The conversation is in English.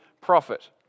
prophet